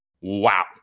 Wow